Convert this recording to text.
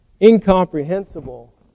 incomprehensible